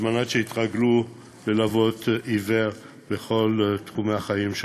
על מנת שיתרגלו ללוות עיוור בכל תחומי החיים שלו.